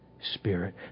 Spirit